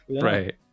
Right